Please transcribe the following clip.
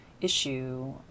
issue